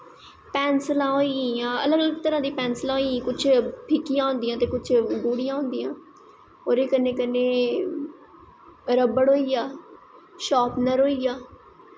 पैंसलां होई गेई अलग अलग तरां दियों पैंसलां होई गेइयां कुछ फिक्कियां होंदियां ते कुछ गूह्ड़ियां होंदियां ओह्दे कन्नै कन्नै रब्बड़ होइया शार्पनर होइया